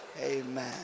Amen